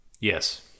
yes